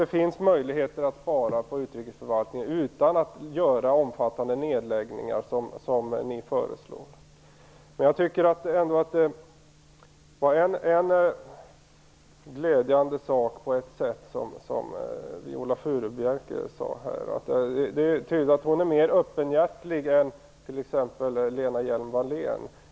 Det finns möjligheter att spara på utrikesförvaltningen utan att göra omfattande nedläggningar, vilket ni föreslår. Jag tycker ändå att Viola Furubjelke på ett sätt sade en glädjande sak. Det är tydligt att hon är mer öppenhjärtig än t.ex. Lena Hjelm-Wallén.